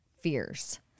fears